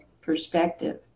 perspective